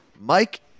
Mike